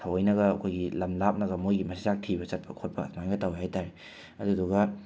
ꯊꯋꯣꯏꯅꯒ ꯑꯩꯈꯣꯏꯒꯤ ꯂꯝ ꯂꯥꯞꯅꯒ ꯃꯣꯏꯒꯤ ꯃꯆꯤꯟꯖꯥꯛ ꯊꯤꯕ ꯆꯠꯄ ꯈꯣꯠꯄ ꯑꯗꯨꯃꯥꯏꯅꯒ ꯇꯧꯋꯤ ꯍꯥꯏ ꯇꯥꯔꯦ ꯑꯗꯨꯗꯨꯒ